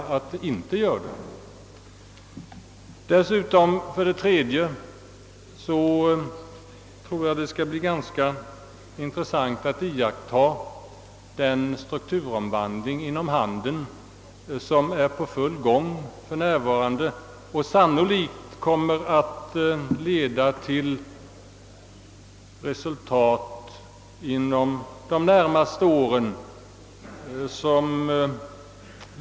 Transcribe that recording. Jag anser även att det skall bli ganska intressant att iakttaga den strukturomvandling inom handeln som är i full gång för närvarande och vad den kommer att leda till för resultat inom de närmaste åren.